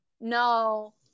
No